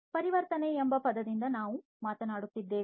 ಪರಿವರ್ತನೆ ಎಂಬ ಪದದಿಂದ ನಾವು ಮಾತನಾಡುತ್ತಿದ್ದೇವೆ